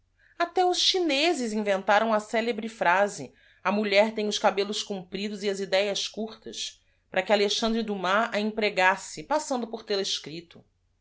té os chinezes i n ventai am a celebre phrase a m u l h er tem os cabellos cumpridos e as idéas curtas para que lexandre umas a empregasse passando por tel-a escripto